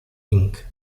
inc